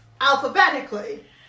alphabetically